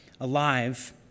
alive